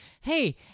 Hey